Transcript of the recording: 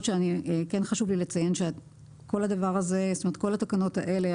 שכן חשוב לי לציין שכל התקנות האלה,